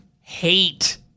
hate